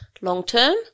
long-term